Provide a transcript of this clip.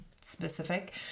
specific